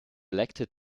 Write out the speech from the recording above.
elected